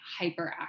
hyperactive